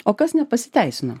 o kas nepasiteisino